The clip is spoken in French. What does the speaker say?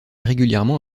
régulièrement